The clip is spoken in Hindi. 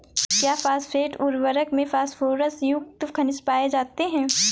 क्या फॉस्फेट उर्वरक में फास्फोरस युक्त खनिज पाए जाते हैं?